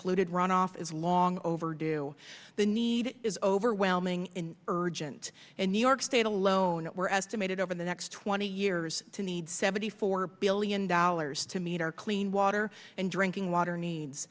polluted runoff is long overdue the need is overwhelming urgent and new york state alone were estimated over the next twenty years to need seventy four billion dollars to meter clean water and drinking water needs